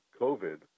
COVID